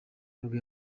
nibwo